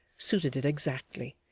suited it exactly,